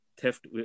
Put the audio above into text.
theft